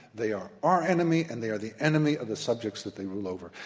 they are our enemy, and they are the enemy of the subjects that they rule over.